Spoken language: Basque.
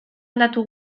aldatu